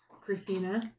Christina